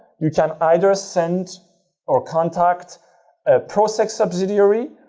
you can either send or contact a proceq subsidiary.